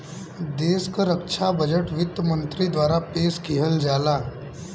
देश क रक्षा बजट वित्त मंत्री द्वारा पेश किहल जाला